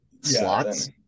slots